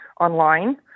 online